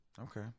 Okay